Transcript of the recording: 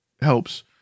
helps